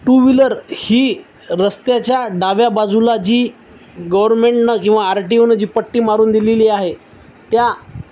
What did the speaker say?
to wheeler ही रस्त्याच्या डाव्या बाजूला जी गव्हर्मेंटनं किंवा आर टी ओनं जी पट्टी मारून दिलेली आहे त्या